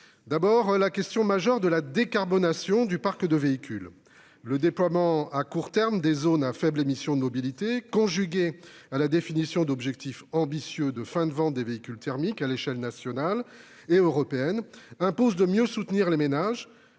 j'aborderai la question majeure de la décarbonation du parc de véhicules. Le déploiement, à court terme, des zones à faibles émissions mobilité, conjugué à la définition d'objectifs ambitieux de fin de vente des véhicules thermiques à l'échelle nationale et européenne, impose de mieux soutenir les ménages,